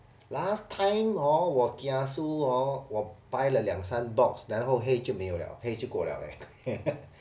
last time hor 我 kiasu hor 我 buy 了两三 box 然后 haze 就没有 liao haze 就过 liao leh